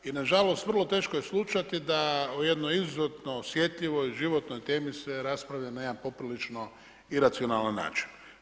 I na žalost vrlo teško je slušati da o jednoj izuzetno osjetljivoj, životnoj temi se raspravlja na jedan poprilično iracionalan način.